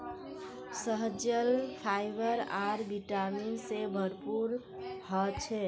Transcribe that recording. शलजम फाइबर आर विटामिन से भरपूर ह छे